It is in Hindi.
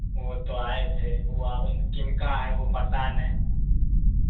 वह तो आए थे वो अब किनका है वह पता नहीं